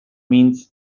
means